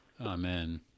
Amen